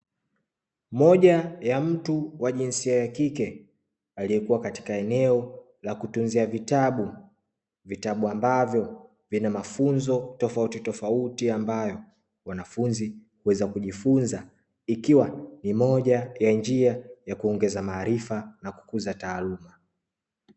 Moja ya mtu wa jinsia ya kike aliyekuwa katika eneo la kutunzia vitabu, vitabu ambavyo vina mafunzo tofautitofauti ambayo wanafunzi huweza kujifunza ikiwa ni moja ya njia ya kuongeza maarifa na kukuza taaluma.